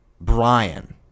Brian